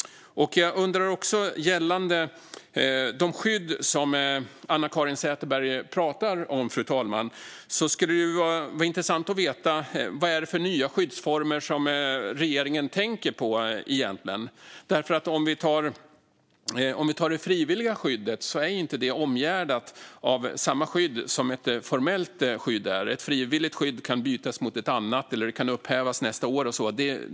Jag undrar också, fru talman, över de skydd som Anna-Caren Sätherberg pratar om. Det skulle vara intressant att veta vad det är för nya skyddsformer som regeringen egentligen tänker på. Om vi tar det frivilliga skyddet ser vi att det inte är omgärdat av samma skydd som ett formellt skydd. Ett frivilligt skydd kan bytas mot ett annat eller upphävas nästa år och så vidare.